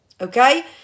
okay